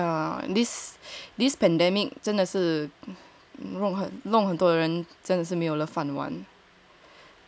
yeah this this pandemic 真的是弄很多人真的是没有了饭碗